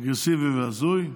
אגרסיבי והזוי,